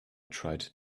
tried